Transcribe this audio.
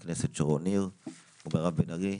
אני קיבלתי את המידע הזה.